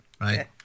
right